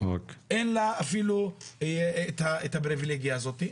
בכלל הפריבילגיה הזאת.